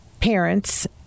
parents